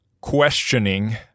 questioning